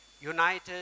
united